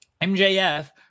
mjf